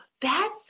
bats